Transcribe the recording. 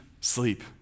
sleep